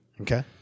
Okay